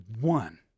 one